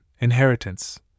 inheritance